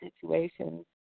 situations